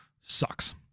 sucks